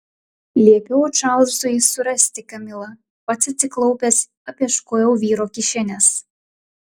liepiau čarlzui surasti kamilą pats atsiklaupęs apieškojau vyro kišenes